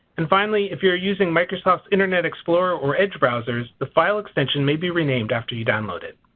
and finally if you're using microsoft internet explorer or edge browsers the file extension may be renamed after you download it.